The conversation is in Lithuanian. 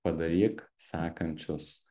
padaryk sekančius